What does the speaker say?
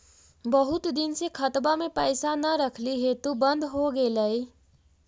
बहुत दिन से खतबा में पैसा न रखली हेतू बन्द हो गेलैय?